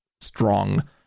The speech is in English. strong